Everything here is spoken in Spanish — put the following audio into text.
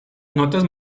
notas